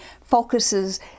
focuses